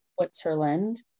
Switzerland